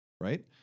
right